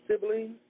siblings